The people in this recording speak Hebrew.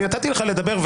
נתתי לך לדבר,